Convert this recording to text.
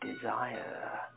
desire